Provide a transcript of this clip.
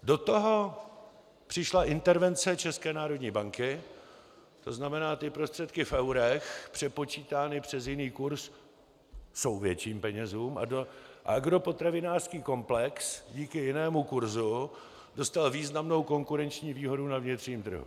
Do toho přišla intervence České národní banky, to znamená ty prostředky v eurech přepočítány přes jiný kurz jsou větší peníze a agropotravinářský komplex díky jinému kurzu dostal významnou konkurenční výhodu na vnitřním trhu.